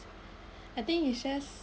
I think it shares